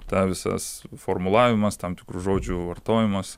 tą visas formulavimas tam tikrų žodžių vartojimas